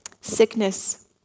Sickness